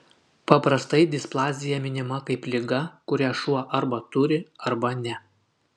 paprastai displazija minima kaip liga kurią šuo arba turi arba ne